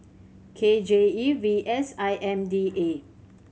K J E V S I M D A